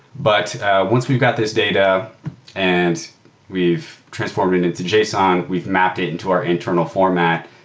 but once we've got this data and we've transformed and it into json, we've mapped it into our internal format,